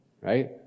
right